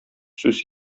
сүз